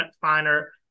Finer